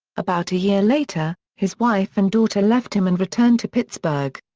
about a year later, his wife and daughter left him and returned to pittsburgh.